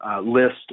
list